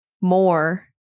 more